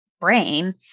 brain